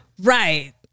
right